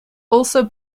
also